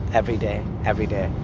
every day, every day.